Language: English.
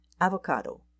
Avocado